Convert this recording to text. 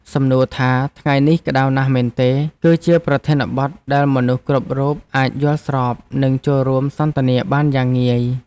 សំណួរថាថ្ងៃនេះក្តៅណាស់មែនទេ គឺជាប្រធានបទដែលមនុស្សគ្រប់រូបអាចយល់ស្របនិងចូលរួមសន្ទនាបានយ៉ាងងាយ។